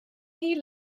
vip